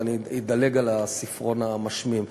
ואני אדלג על הספרון המשמים.